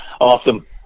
Awesome